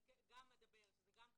אני גם אדבר, שזה גם קשור,